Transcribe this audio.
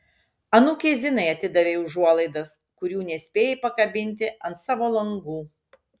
anūkei zinai atidavei užuolaidas kurių nespėjai pakabinti ant savo langų